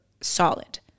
solid